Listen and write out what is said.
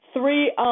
three